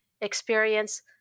experience